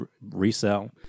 resell